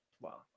Wow